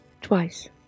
twice